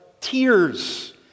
tears